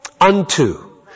unto